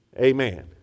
Amen